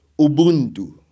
Ubuntu